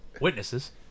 witnesses